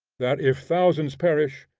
that, if thousands perish,